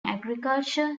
agricultural